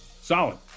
Solid